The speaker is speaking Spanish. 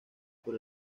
por